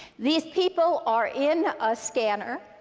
these people are in a scanner.